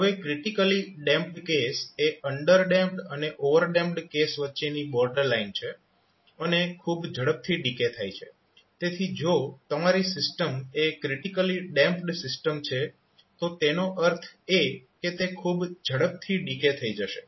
હવે critically damped case એ underdamped અને ઓવરડેમ્પ્ડ કેસ વચ્ચેની બોર્ડર લાઈન છે અને ખૂબ ઝડપથી ડીકે થાય છે તેથી જો તમારી સિસ્ટમ એ ક્રિટીકલી ડેમ્પડ સિસ્ટમ છે તો તેનો અર્થ એ કે તે ખૂબ ઝડપથી ડીકે થઈ જશે